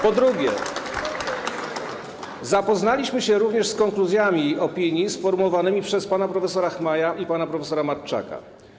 Po drugie, zapoznaliśmy się również z konkluzjami opinii sformułowanymi przez pana prof. Chmaja i pana prof. Matczaka.